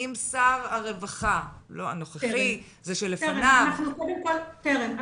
האם שר הרווחה הנוכחי, זה שלפניו --- טרם.